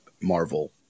Marvel